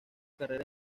carrera